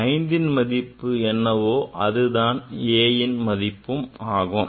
எனவே ஐந்தின் மதிப்பு என்னவோ அதுதான் a மதிப்பும் ஆகும்